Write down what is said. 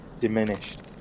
diminished